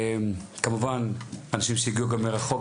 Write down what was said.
כמובן אנשים שהגיעו גם מרחוק,